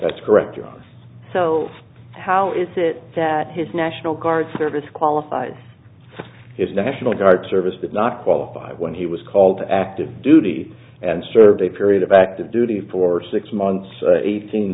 that's correct so how is it that his national guard service qualified his national guard service did not qualify when he was called to active duty and served a period of active duty for six months eighteen